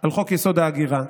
על חוק-יסוד: ההגירה.